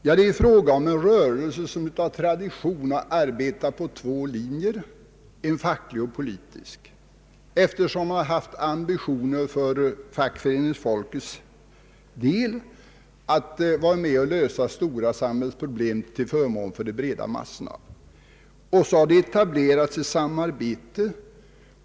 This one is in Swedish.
Jo, det är fråga om en rörelse som av tradition har arbetat på två linjer — en facklig och en politisk — eftersom fackföreningsfolket har haft ambitionen att vara med och lösa stora samhällsproblem till fördel för de breda massorna. Så har det etablerats ett samarbete.